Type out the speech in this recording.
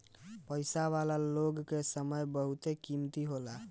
पईसा वाला लोग कअ समय बहुते कीमती होला